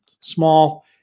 small